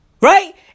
Right